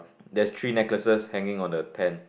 there's three necklaces hanging on the pant